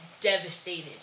devastated